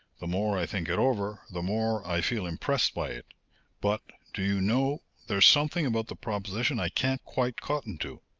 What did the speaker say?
the more i think it over, the more i feel impressed by it but, do you know, there's something about the proposition i can't quite cotton to!